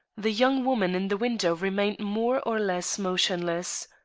the young woman in the window remained more or less motionless.